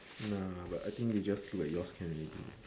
nah but I think we just look at yours can already